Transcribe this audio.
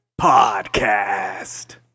Podcast